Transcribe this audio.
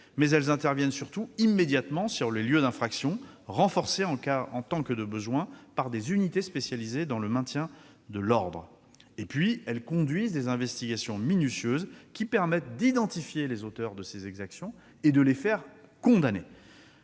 elles interviennent immédiatement sur les lieux d'infraction, renforcées en tant que de besoin par des unités spécialisées dans le maintien de l'ordre. Elles conduisent également des investigations minutieuses, qui permettent d'identifier les auteurs de ces exactions et de les faire condamner.